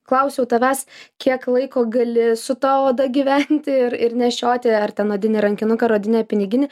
klausiau tavęs kiek laiko gali su ta oda gyventi ir ir nešioti ar ten odinį rankinuką ar odinę piniginę